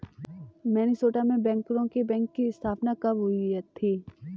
Minnesota में बैंकरों के बैंक की स्थापना कब हुई थी?